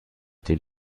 den